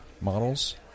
models